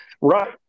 Right